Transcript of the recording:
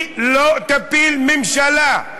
היא לא תפיל ממשלה.